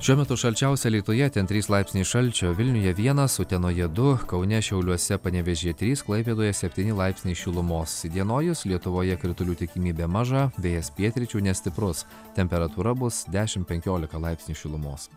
šiuo metu šalčiausia alytuje ten trys laipsniai šalčio vilniuje vienas utenoje du kaune šiauliuose panevėžyje trys klaipėdoje septyni laipsniai šilumos įdienojus lietuvoje kritulių tikimybė maža vėjas pietryčių nestiprus temperatūra bus dešim penkiolika laipsnių šilumos